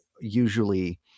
usually